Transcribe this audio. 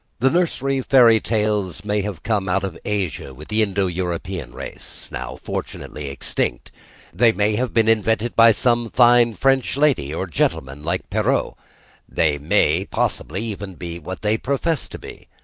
the nursery fairy tales may have come out of asia with the indo-european race, now fortunately extinct they may have been invented by some fine french lady or gentleman like perrault they may possibly even be what they profess to be.